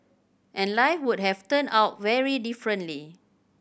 and life would have turned out very differently